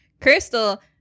Crystal